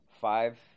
five